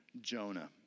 Jonah